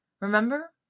Remember